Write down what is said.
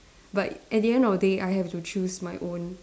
but at the end of the day I have to choose my own